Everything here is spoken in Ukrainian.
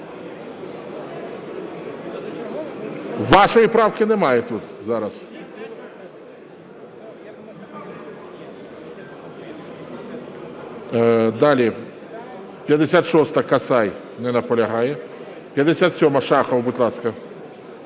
Вашої правки немає тут зараз. Далі. 56-а, Касай. Не наполягає. 57-а, Шахов. Будь ласка.